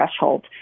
threshold